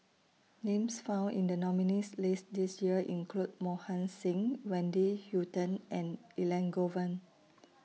Names found in The nominees' list This Year include Mohan Singh Wendy Hutton and Elangovan